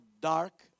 Dark